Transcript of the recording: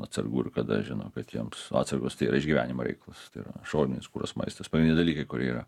atsargų ir kada žino kad joms atsargos tai yra išgyvenimo reikalas tai yra šovinys kurs maistas dalykai kurie yra